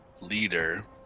leader